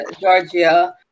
Georgia